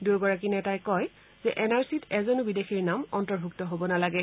দুয়োগৰাকী নেতাই কয় যে এন আৰ চিত এজনো বিদেশীৰ নাম অন্তৰ্ভূক্ত হ'ব নালাগে